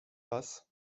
passe